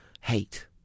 hate